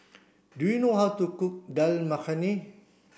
do you know how to cook Dal Makhani